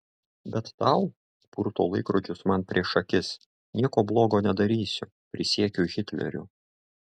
bet tau purto laikrodžius man prieš akis nieko blogo nedarysiu prisiekiu hitleriu